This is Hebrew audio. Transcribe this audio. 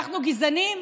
אדוני.